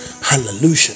Hallelujah